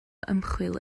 ymchwil